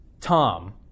Tom